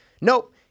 nope